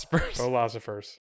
Philosophers